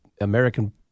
American